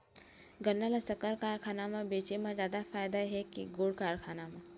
गन्ना ल शक्कर कारखाना म बेचे म जादा फ़ायदा हे के गुण कारखाना म?